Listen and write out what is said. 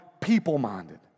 people-minded